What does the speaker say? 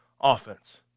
offense